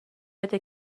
بده